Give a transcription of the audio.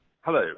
Hello